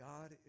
God